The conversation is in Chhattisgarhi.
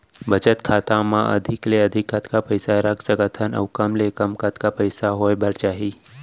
बचत खाता मा अधिक ले अधिक कतका पइसा रख सकथन अऊ कम ले कम कतका पइसा होय बर चाही?